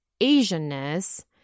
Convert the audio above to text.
Asian-ness